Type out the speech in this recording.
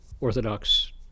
Orthodox